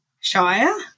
Shire